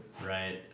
right